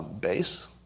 base